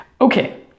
Okay